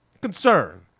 concern